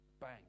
Bang